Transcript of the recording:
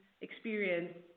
experience